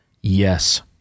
Yes